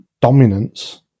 dominance